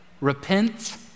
repent